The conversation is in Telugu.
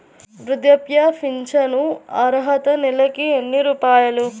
వృద్ధాప్య ఫింఛను అర్హత నెలకి ఎన్ని రూపాయలు?